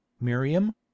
miriam